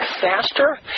faster